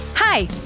Hi